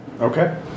Okay